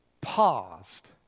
paused